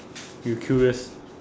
you curious